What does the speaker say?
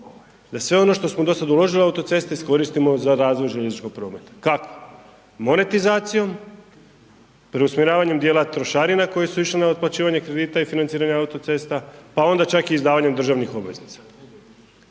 Da sve ono što smo dosada uložili u autoceste iskoristimo za razvoj željezničkog prometa. Kako? Monetizacijom, preusmjeravanjem dijela trošarina koje su išle na otplaćivanje kredita i financiranje autocesta, pa onda čak i izdavanjem državnih obveznica.